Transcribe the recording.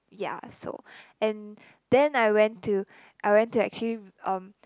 yeah so and then I went to I went to actually um